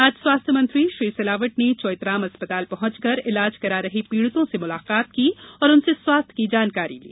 आज स्वास्थ्य मंत्रीश्री सिलावट ने चौइथराम अस्पताल पहंचकर इलाज करा रहे पीड़ितों से मुलाकात की और उनसे स्वास्थ्य की जानकारी ली